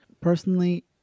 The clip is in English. personally